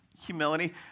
humility